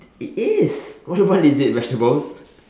it is what vegetables